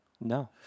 No